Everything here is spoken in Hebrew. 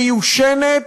מיושנת,